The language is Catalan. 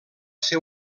ser